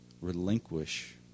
relinquish